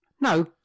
No